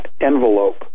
envelope